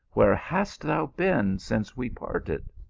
where hast thou been since we parted?